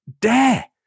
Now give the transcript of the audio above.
dare